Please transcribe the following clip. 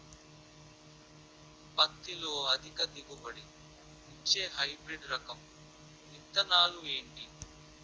పత్తి లో అధిక దిగుబడి నిచ్చే హైబ్రిడ్ రకం విత్తనాలు ఏంటి